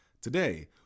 Today